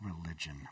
religion